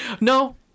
no